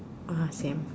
uh same